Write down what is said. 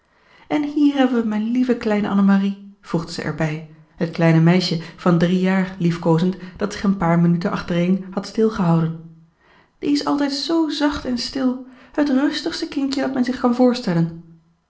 en hier hebben we mijn lieve kleine annemarie voegde zij erbij het kleine meisje van drie jaar liefkoozend dat zich een paar minuten achtereen had stilgehouden die is altijd zoo zacht en stil het rustigste kindje dat men zich kan voorstellen